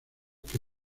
que